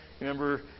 remember